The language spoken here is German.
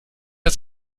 das